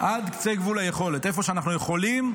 עד קצה גבול היכולת, איפה שאנחנו יכולים,